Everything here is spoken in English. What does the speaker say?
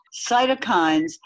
cytokines